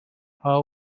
are